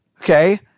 Okay